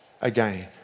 again